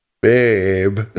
Babe